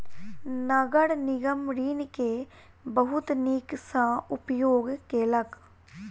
नगर निगम ऋण के बहुत नीक सॅ उपयोग केलक